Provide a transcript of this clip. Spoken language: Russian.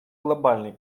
глобальным